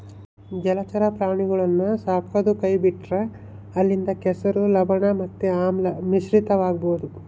ಜಲಚರ ಪ್ರಾಣಿಗುಳ್ನ ಸಾಕದೊ ಕೈಬಿಟ್ರ ಅಲ್ಲಿಂದ ಕೆಸರು, ಲವಣ ಮತ್ತೆ ಆಮ್ಲ ಮಿಶ್ರಿತವಾಗಬೊದು